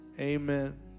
Amen